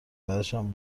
بعدشم